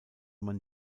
man